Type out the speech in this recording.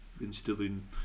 instilling